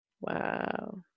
Wow